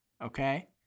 okay